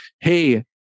Hey